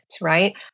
right